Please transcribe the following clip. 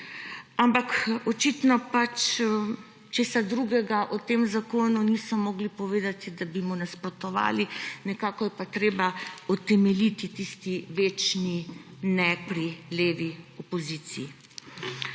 Ampak očitno česa drugega o tem zakonu niso mogli povedati, da bi mu nasprotovali, nekako je pa treba utemeljiti tisti večni »ne« pri levi opoziciji.